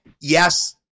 yes